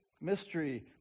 mystery